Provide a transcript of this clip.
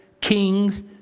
kings